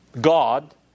God